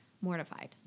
mortified